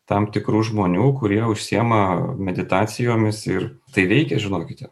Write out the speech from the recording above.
tam tikrų žmonių kurie užsiima meditacijomis ir tai veikia žinokite